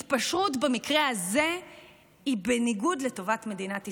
התפשרות במקרה הזה היא בניגוד לטובת מדינת ישראל,